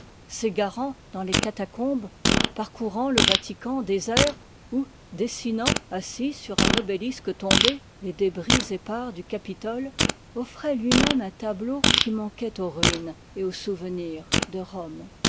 césars s'égarant dans les catacombes parcourant le vatican désert ou dessinant assis sur un obélisque tombé les débris épars du c apitoie ôffroit lui-même un tableau qui manquoit aux ruines et aux souvenirs de rome